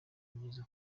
byiza